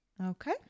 Okay